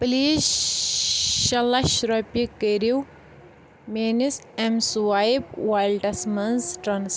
please شے لچھ رۄپیہِ کرو میٲنِس ایٚم سٕوایپ ویلٹس مَنٛز ٹرانس